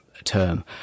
term